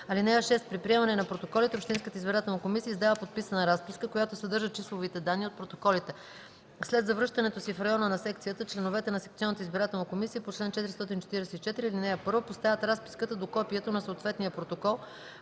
ал. 1. (6) При приемане на протоколите общинската избирателна комисия издава подписана разписка, която съдържа числовите данни от протоколите. След завръщането си в района на секцията членовете на секционната избирателна комисия по чл. 444, ал. 1 поставят разписката до копието на съответния протокол